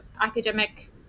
academic